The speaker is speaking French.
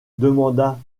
demanda